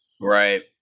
Right